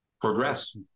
progress